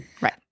Right